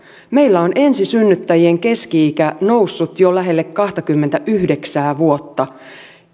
meillä on ensisynnyttäjien keski ikä noussut jo lähelle kahtakymmentäyhdeksää vuotta